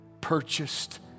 purchased